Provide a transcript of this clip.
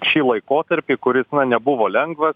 šį laikotarpį kuris nebuvo lengvas